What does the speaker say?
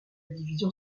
division